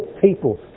people